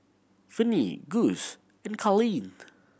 Venie Guss and Carleen